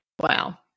Wow